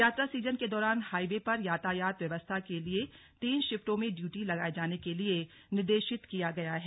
यात्रा सीजन के दौरान हाईवे पर यातायात व्यवस्था के लिए तीन शिफ्टों में ड्यूटी लगाये जाने के लिए निर्देशित किया गया है